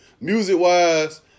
music-wise